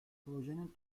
projenin